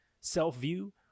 self-view